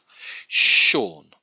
sean